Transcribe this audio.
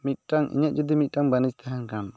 ᱢᱤᱫᱴᱟᱝ ᱤᱧᱟᱹᱜ ᱡᱩᱫᱤ ᱢᱤᱫᱴᱟᱝ ᱵᱟᱱᱤᱡᱽ ᱛᱟᱦᱮᱱ ᱠᱷᱟᱱ